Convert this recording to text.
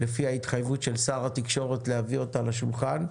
לפי ההתחייבות של שר התקשורת להביא אותה לשולחן.